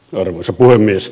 arvoisa puhemies